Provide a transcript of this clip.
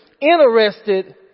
interested